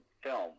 film